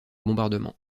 bombardement